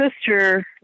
sister